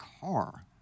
car